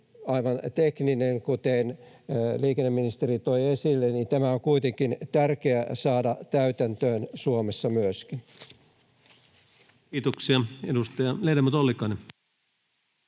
aivan tekninen, kuten liikenneministeri toi esille — myöskin tämä on kuitenkin tärkeää saada täytäntöön Suomessa. [Speech 134] Speaker: Ensimmäinen